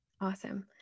Awesome